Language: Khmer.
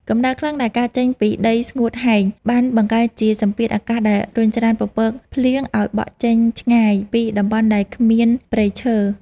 កម្ដៅខ្លាំងដែលកើតចេញពីដីស្ងួតហែង បានបង្កើតជាសម្ពាធអាកាសដែលរុញច្រានពពកភ្លៀងឱ្យបក់ចេញឆ្ងាយពីតំបន់ដែលគ្មានព្រៃឈើ។